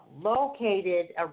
located